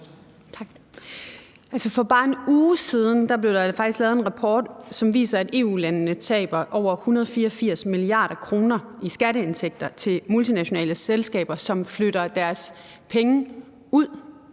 for bare en uge siden blev der faktisk lavet en rapport, som viser, at EU-landene taber over 184 mia. kr. i skatteindtægter til multinationale selskaber, som flytter deres penge til